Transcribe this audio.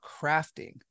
crafting